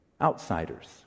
outsiders